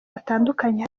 batandukanye